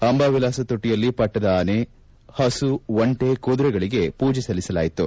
ಅಂಬಾಎಲಾಸ ತೊಟ್ಟಿಯಲ್ಲಿ ಪಟ್ಟದ ಆನೆ ಪಸು ಒಂಟೆ ಕುದುರೆಗಳಗೆ ಪೂಜೆ ಸಲ್ಲಿಸಲಾಯಿತು